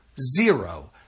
Zero